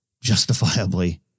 justifiably